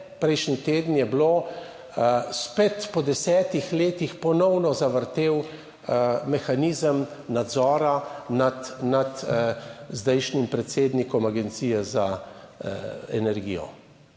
prejšnji teden je bilo spet, po desetih letih, ponovno zavrtel mehanizem nadzora nad zdajšnjim predsednikom Agencije za energijo.